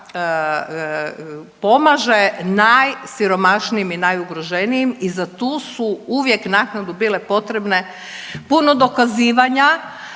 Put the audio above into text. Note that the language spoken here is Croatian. pomaže najsiromašnijim i najugroženijim i za tu su uvijek naknadu bile potrebne puno dokazivanja